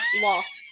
lost